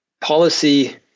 policy